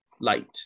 light